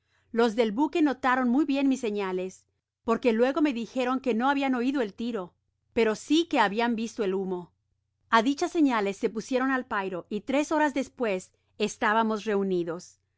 los del buque notaron muy bien mis señales porque luego me dijeron que no habian oido el tiro pero sí que habian visto el humo a dichas señales se pusieron al pairo y tres horas despues estábamos reunidos